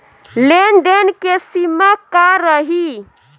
लेन देन के सिमा का रही?